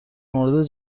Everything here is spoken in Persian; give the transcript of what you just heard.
مورد